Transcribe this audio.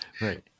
Right